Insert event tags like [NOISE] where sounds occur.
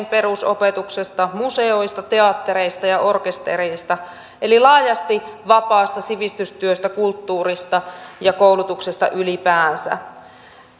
[UNINTELLIGIBLE] perusopetuksesta museoista teattereista ja orkestereista eli laajasti vapaasta sivistystyöstä kulttuurista ja koulutuksesta ylipäänsä